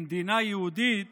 במדינה יהודית